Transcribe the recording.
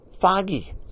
foggy